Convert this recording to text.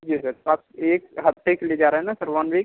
जी sir आप एक हफ्ते के लिए जा रहे हैं ना सर वन वीक